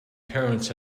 parents